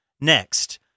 next